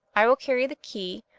i will carry the key,